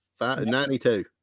92